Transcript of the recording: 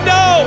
no